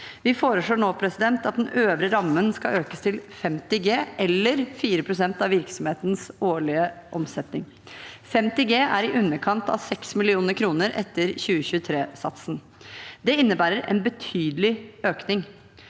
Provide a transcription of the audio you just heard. Vi foreslår nå at den øvre rammen skal økes til 50 G eller 4 pst. av virksomhetens årlige omsetning. 50 G er i underkant av 6 mill. kr etter 2023-satser. Det innebærer en betydelig økning.